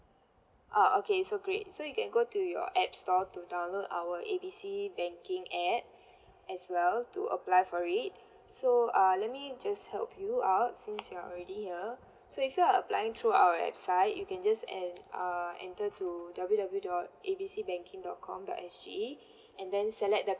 uh okay so great so you can go to your app store to download our A B C banking app as well to apply for it so uh let me just help you out since you are already here so if you're applying through our website you can just and err enter to W_W_W dot A B C banking dot com dot S G and then select the